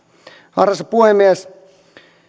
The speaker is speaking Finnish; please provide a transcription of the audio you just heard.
arvoisa puhemies